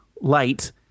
Light